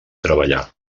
treballar